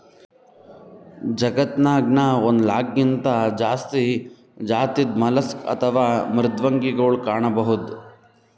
ಜಗತ್ತನಾಗ್ ನಾವ್ ಒಂದ್ ಲಾಕ್ಗಿಂತಾ ಜಾಸ್ತಿ ಜಾತಿದ್ ಮಲಸ್ಕ್ ಅಥವಾ ಮೃದ್ವಂಗಿಗೊಳ್ ಕಾಣಬಹುದ್